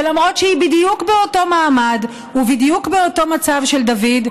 ולמרות שהיא בדיוק באותו מעמד ובדיוק באותו מצב של דוד,